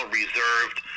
reserved